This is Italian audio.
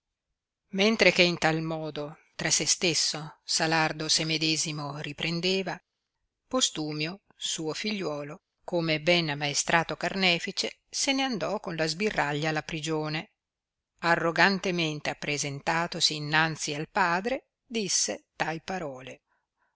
mentre che in tal modo tra se stesso salardo se medesimo riprendeva postumio suo figliuolo come ben ammaestrato carnefice se ne andò con la sbirraglia alla prigione arrogantemente appresentatosi innanzi al padre disse tai parole